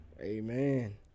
Amen